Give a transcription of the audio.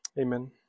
Amen